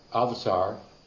avatar